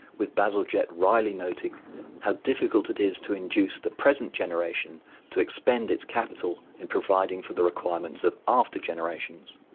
with bazalgette wryly noting how difficult it is to induce the present generation to expend its capital in providing for the requirements of after generations.